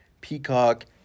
Peacock